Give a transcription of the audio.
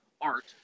art